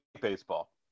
baseball